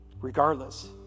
Regardless